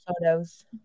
photos